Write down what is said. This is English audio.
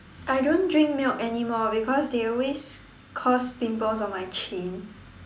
I don't drink milk anymore because they always cause pimples on my chin